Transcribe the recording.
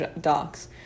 docs